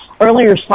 earlier